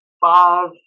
five